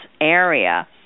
area